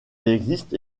existe